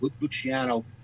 Luciano